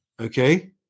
Okay